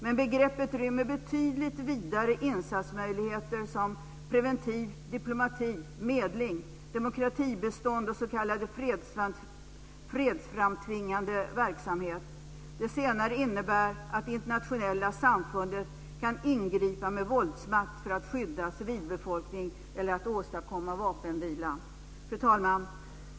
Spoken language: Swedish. Men begreppet rymmer betydligt vidare insatsmöjligheter, såsom preventiv diplomati, medling, demokratibistånd och s.k. fredsframtvingande verksamhet. Det senare innebär att det internationella samfundet kan ingripa med våldsmakt för att skydda civilbefolkning eller åstadkomma vapenvila. Fru talman!